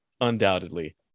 Undoubtedly